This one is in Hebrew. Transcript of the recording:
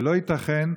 לא ייתכן,